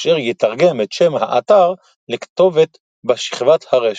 אשר יתרגם את שם האתר לכתובת בשכבת הרשת.